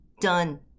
Done